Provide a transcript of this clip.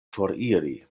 foriri